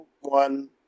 One